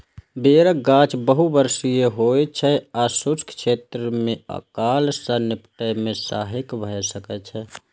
बेरक गाछ बहुवार्षिक होइ छै आ शुष्क क्षेत्र मे अकाल सं निपटै मे सहायक भए सकै छै